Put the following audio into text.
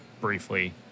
briefly